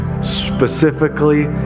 specifically